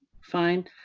fine